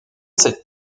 cette